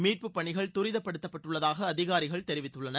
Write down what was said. மீட்புப் பணிகள் துரிதப்படுத்தப்பட்டுள்ளதாக அதிகாரிகள் தெரிவித்துள்ளனர்